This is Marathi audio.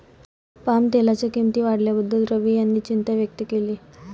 पामतेलाच्या किंमती वाढल्याबद्दल रवी यांनी चिंता व्यक्त केली